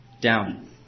down